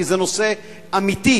כי זה נושא אמיתי,